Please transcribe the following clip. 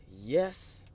Yes